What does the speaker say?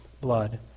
blood